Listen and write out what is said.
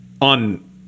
on